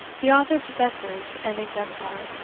the author possesses an exemplar.